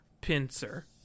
pincer